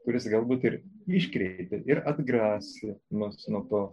kuris galbūt ir iškreipė ir atgrasė mus nuo to